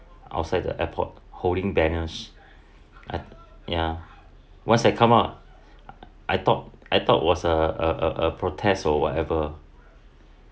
outside the airport holding banners ya what's that come up I thought I thought was a a a protest or whatever